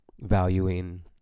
valuing